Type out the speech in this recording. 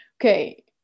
Okay